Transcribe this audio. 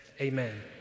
amen